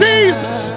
Jesus